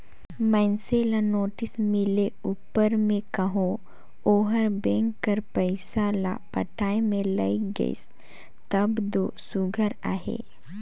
मइनसे ल नोटिस मिले उपर में कहो ओहर बेंक कर पइसा ल पटाए में लइग गइस तब दो सुग्घर अहे